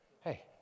Hey